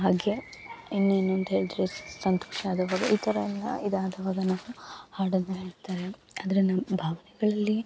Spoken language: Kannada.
ಹಾಗೆ ಇನ್ನ ಏನು ಅಂತ ಹೇಳ್ದ್ರೆ ಸಂತೋಷಾದಿಗಳು ಈ ಥರ ಎಲ್ಲ ಇದಾದ ಮೊದಲಾದ ಹಾಡದ್ನ ಹೇಳ್ತಾರೆ ಅಂದರೆ ನಮ್ಮ ಭಾವನೆಗಳಲ್ಲಿ